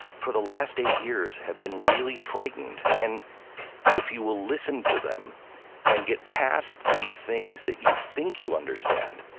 for the last eight years, have been really frightened. and if you will listen to them and get past the things that you think you understand,